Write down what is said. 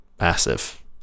massive